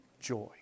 joy